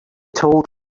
told